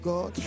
God